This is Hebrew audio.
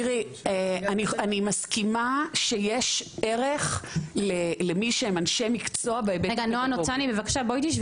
תראי אני מסכימה שיש ערך למי שהם אנשי מקצוע בהיבט הפדגוגי.